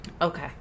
Okay